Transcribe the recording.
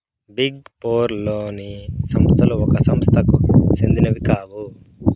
big four లోని సంస్థలు ఒక సంస్థకు సెందినవి కావు